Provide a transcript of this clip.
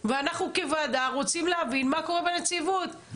ואנחנו כוועדה רוצים להבין מה קורה בנציבות.